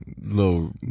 little